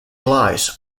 lies